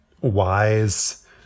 wise